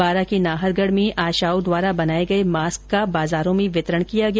बारां के नाहरगढ में आशाओं द्वारा बनाए गए मास्क का बाजारों में वितरण किया गया